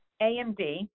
AMD